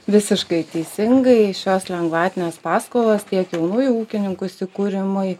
visiškai teisingai šios lengvatinės paskolos tiek jaunųjų ūkininkų įsikūrimui